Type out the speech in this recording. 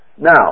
Now